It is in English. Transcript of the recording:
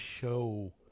show